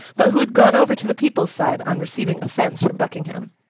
but who had gone over to the people's side on receiving offence from buckingham.